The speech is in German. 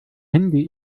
handy